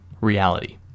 reality